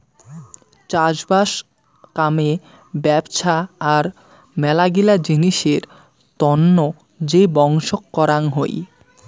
চাষবাস কামে ব্যপছা আর মেলাগিলা জিনিসের তন্ন যে বংশক করাং হই